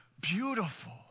beautiful